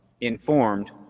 informed